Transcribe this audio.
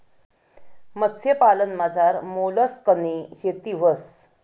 मत्स्यपालनमझार मोलस्कनी शेती व्हस